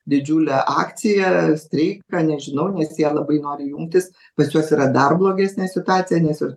didžiulę akciją streiką nežinau nes jie labai nori jungtis pas juos yra dar blogesnė situacija nes ir